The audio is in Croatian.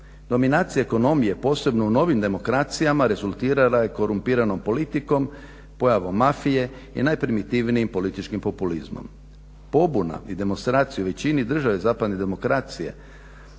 Dominacija ekonomije posebno u novim demokracijama rezultirala je korumpiranom politikom, pojavom mafije i najprimitivnijim političkim populizmom. Pobuna i demonstracija u većini države zapadne demokracije